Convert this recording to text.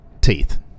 teeth